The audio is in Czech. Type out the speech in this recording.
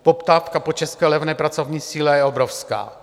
Poptávka po české levné pracovní síle je obrovská.